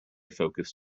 focus